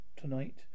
tonight